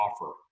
offer